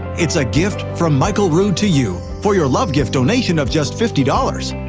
it's a gift from michael rood to you for your love gift donation of just fifty dollars.